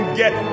get